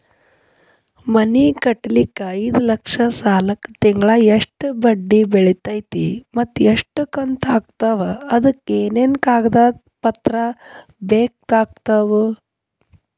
ಮನಿ ಕಟ್ಟಲಿಕ್ಕೆ ಐದ ಲಕ್ಷ ಸಾಲಕ್ಕ ತಿಂಗಳಾ ಎಷ್ಟ ಬಡ್ಡಿ ಬಿಳ್ತೈತಿ ಮತ್ತ ಎಷ್ಟ ಕಂತು ಆಗ್ತಾವ್ ಅದಕ ಏನೇನು ಕಾಗದ ಪತ್ರ ಬೇಕಾಗ್ತವು?